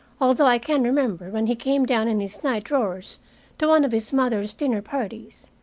although i can remember when he came down in his night drawers to one of his mother's dinner-parties.